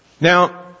Now